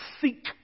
seek